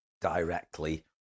directly